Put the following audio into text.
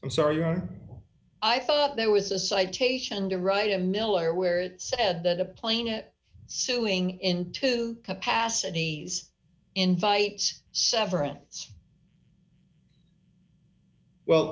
i'm sorry i thought there was a citation to write a miller where it said that a plane at suing into capacity is invites severance well